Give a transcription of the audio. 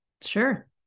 Sure